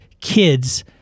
kids